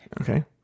Okay